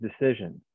decisions